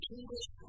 English